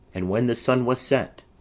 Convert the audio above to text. and when the sun was set,